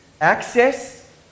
access